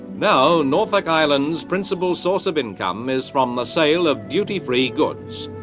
now norfolk island's principal source of income is from the sale of duty-free goods.